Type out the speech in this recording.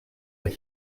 but